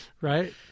Right